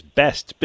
best